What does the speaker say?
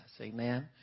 Amen